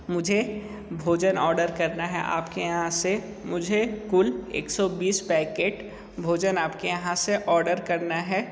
मुझे भोजन ऑडर करना है आप के यहाँ से मुझे कुल एक सौ बीस पैकेट भोजन आप के यहाँ से ऑर्डर करना है